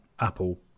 Apple